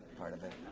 part of it?